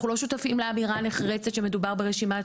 אנחנו לא שותפים לאמירה הנחרצת שמודבר ברשימה,